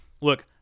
look